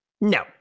No